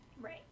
Right